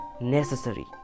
necessary